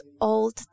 old